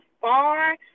far